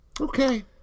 okay